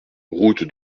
route